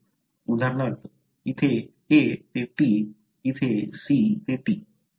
उदाहरणार्थ येथे A ते T येथे C ते T